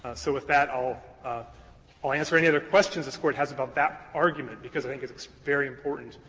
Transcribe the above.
so with that, i'll i'll answer any other questions this court has about that argument, because i think it's it's very important.